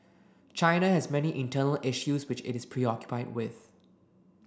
China has many internal issues which it is preoccupied with